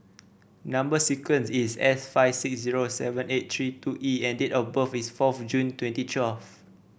number sequence is S five six zero seven eight three two E and date of birth is fourth June twenty twelve